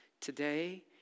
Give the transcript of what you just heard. Today